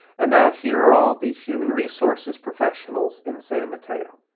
and now here are all the human resources professionals in san mateo.